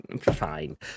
fine